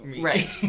Right